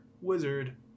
wizard